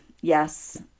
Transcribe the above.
Yes